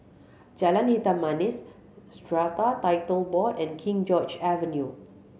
Jalan Hitam Manis Strata Title Board and King George Avenue